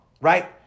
right